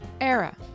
Era